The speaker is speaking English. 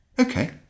okay